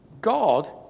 God